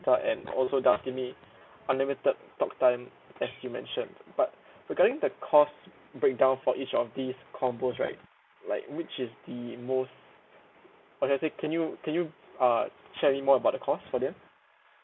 and also does give me unlimited talk time as you mentioned but regarding the cost breakdown for each of these combos right like which is the most or should I say can you can you uh share with me more about the cost for them